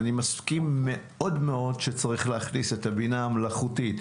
אני מסכים מאוד מאוד שצריך להכניס את הבינה המלאכותית,